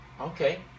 okay